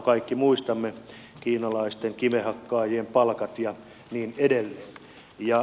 kaikki muistamme kiinalaisten kivenhakkaajien palkat ja niin edelleen